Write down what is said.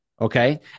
Okay